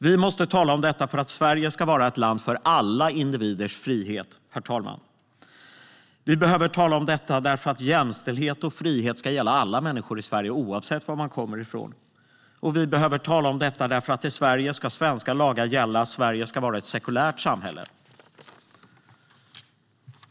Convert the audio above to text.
Vi måste tala om detta för att Sverige ska vara ett land för alla individers frihet. Vi behöver tala om detta därför att jämställdhet och frihet ska gälla alla människor i Sverige, oavsett var man kommer ifrån. Vi behöver tala om detta därför att i Sverige ska svenska lagar gälla. Sverige ska vara ett sekulärt samhälle.